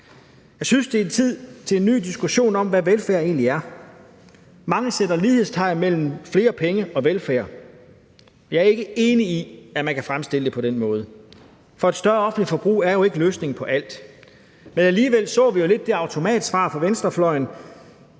Jeg synes, det er tid til en ny diskussion om, hvad velfærd egentlig er. Mange sætter lighedstegn mellem flere penge og velfærd. Jeg er ikke enig i, at man kan fremstille det på den måde. For et større offentligt forbrug er jo ikke løsningen på alt, men alligevel så vi jo lidt det automatsvar fra Venstrefløjens